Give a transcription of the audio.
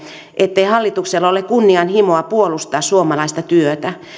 ettei hallituksella ole kunnianhimoa puolustaa suomalaista työtä